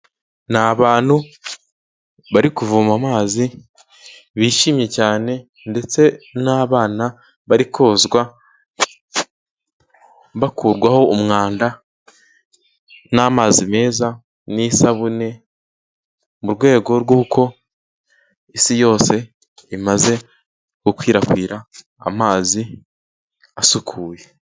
Ni abantu bari kuvoma amazi bishimye cyane ndetse n'abana bari kozwa bakurwaho umwanda n'amazi meza n'isabune , mu rwego rw'uko isi yose imaze gukwirakwira amazi asukuye